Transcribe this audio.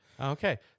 Okay